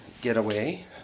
getaway